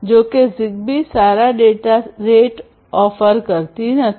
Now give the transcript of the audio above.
જો કે ઝિગબી સારા ડેટા રેટ ઓફર કરતી નથી